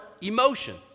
emotion